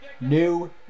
New